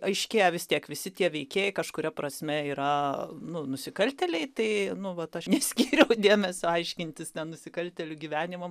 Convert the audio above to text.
aiškėja vis tiek visi tie veikėjai kažkuria prasme yra nu nusikaltėliai tai nu vat aš neskyriau dėmesio aiškintis ten nusikaltėlių gyvenimam